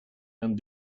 and